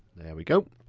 there we go.